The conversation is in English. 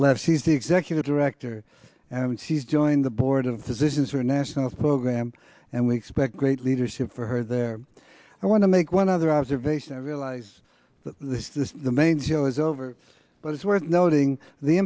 left she's the executive director and she's joined the board of physicians or national program and we expect great leadership for her there i want to make one other observation i realize that the main job is over but it's worth noting the